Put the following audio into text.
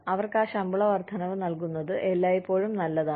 അവർക്ക് ആ ശമ്പള വർദ്ധനവ് നൽകുന്നത് എല്ലായ്പ്പോഴും നല്ലതാണ്